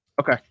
Okay